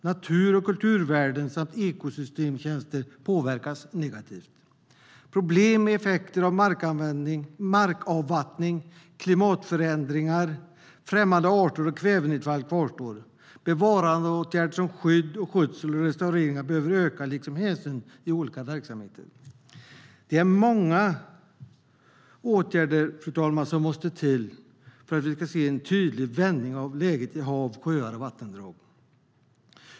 Natur och kulturvärden samt ekosystemtjänster påverkas negativt. Problem med effekter av markavvattning, klimatförändringar, främmande arter och kvävenedfall kvarstår. Bevarandeåtgärder som skydd, skötsel och restaurering behöver öka, liksom hänsynen i olika verksamheter. Det är många åtgärder som måste till för att vi ska se en tydlig vändning av läget hav, sjöar och vattendrag.